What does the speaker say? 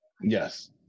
yes